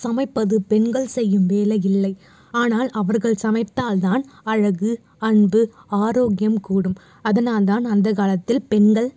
சமைப்பது பெண்கள் செய்யும் வேலை இல்லை ஆனால் அவர்கள் சமைத்தால்தான் அழகு அன்பு ஆரோக்கியம் கூடும் அதனால் தான் அந்த காலத்தில் பெண்கள்